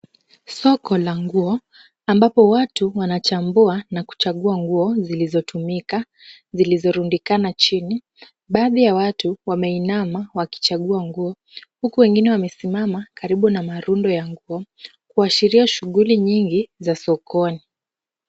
Soko la nguo ambapo watu wanachambua na kuchagua nguo zilizotumika, zilizorundikana chini, baadhi ya watu wameinama wakichagua nguo, huku wengine wamesimama karibu na marundo ya nguo kuashiria shughuli nyingi za sokoni.